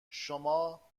شما